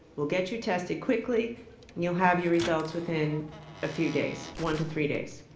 will get you tested quickly and you'll have your results within a few days. one to three days.